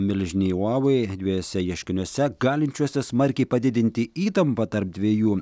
milžinei huawei dviejuose ieškiniuose galinčiuose smarkiai padidinti įtampą tarp dviejų